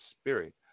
spirit